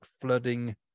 flooding